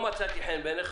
מצאתי חן בעיניך,